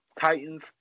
Titans